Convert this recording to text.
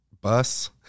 bus